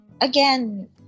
again